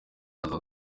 aza